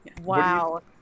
Wow